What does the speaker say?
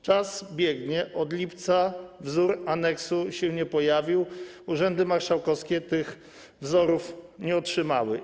Czas biegnie, od lipca wzór aneksu się nie pojawił, urzędy marszałkowskie takiego wzoru nie otrzymały.